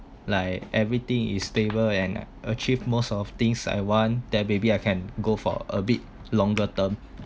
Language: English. like everything is stable and achieve most of things I want then maybe I can go for a bit longer term